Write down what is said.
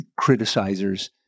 criticizers